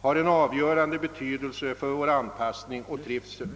har en avgörande betydelse för vår anpassning och trivsel.